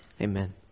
Amen